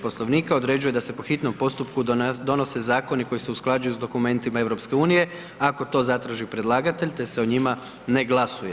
Poslovnika određuje da se po hitnom postupku donose zakoni koji se usklađuju s dokumentima EU, ako to zatraži predlagatelj, te se o njima ne glasuje.